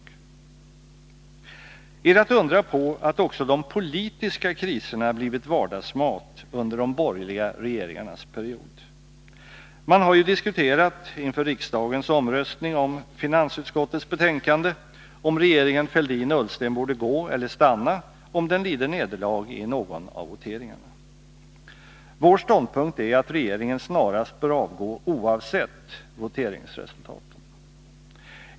Är det att undra på att också de politiska kriserna blivit vardagsmat under de borgerliga regeringarnas period? Man har diskuterat inför riksdagens omröstning om finansutskottets betänkande, om regeringen Fälldin-Ullsten borde gå eller stanna om den lider nederlag i någon av voteringarna. Vår ståndpunkt är att regeringen snarast bör avgå oavsett voteringsresultaten.